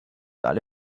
alle